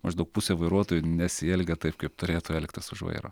maždaug pusė vairuotojų nesielgia taip kaip turėtų elgtis už vairo